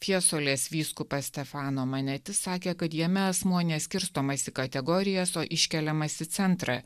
fiesuolės vyskupas stefano maneti sakė kad jame asmuo neskirstomas į kategorijas o iškeliamas į centrą